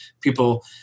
people –